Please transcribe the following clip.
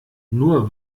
nur